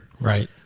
Right